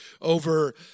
over